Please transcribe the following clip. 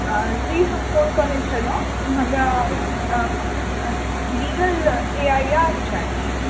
जी हम फोन कयने छलहुँ हमरा लीगल ए आइ आर चाही